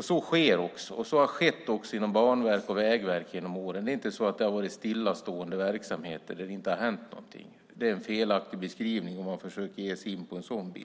Så sker också, och så har skett också inom Banverket och Vägverket genom åren. Det är inte så att det har varit en stillastående verksamhet där det inte har hänt någonting. Det är en felaktig beskrivning, om man försöker sig på något sådant.